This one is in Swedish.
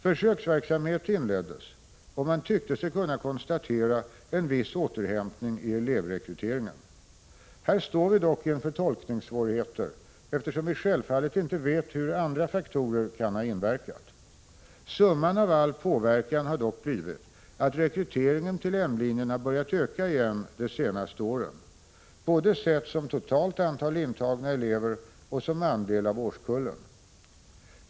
Försöksverksamhet inleddes, och man tyckte sig kunna konstatera en viss återhämtning i elevrekryteringen. Här står vi dock inför tolkningssvårigheter, eftersom vi självfallet inte vet hur andra faktorer kan ha inverkat. Summan av all påverkan har dock blivit att rekryteringen till N-linjen har börjat öka igen de senaste åren, sett både som totalt antal intagna elever och som andel av årskullen.